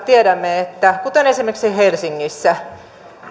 tiedämme että suurissa kaupungeissa kuten esimerkiksi helsingissä